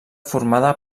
formada